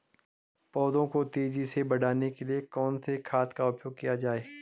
पौधों को तेजी से बढ़ाने के लिए कौन से खाद का उपयोग किया जाए?